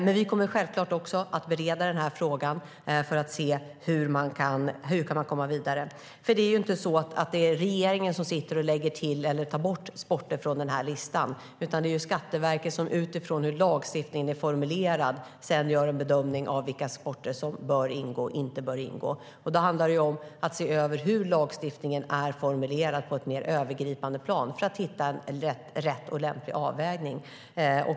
Men vi kommer självklart att bereda också den här frågan för att se hur man kan komma vidare. Det är inte så att det är regeringen som sitter med den här listan och lägger till eller tar bort sporter, utan det är Skatteverket som utifrån hur lagstiftningen är formulerad gör en bedömning av vilka sporter som bör ingå respektive inte bör ingå. Då handlar det om att se över hur lagstiftningen är formulerad på ett mer övergripande plan för att hitta en riktig och lämplig avvägning.